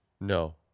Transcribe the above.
No